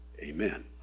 Amen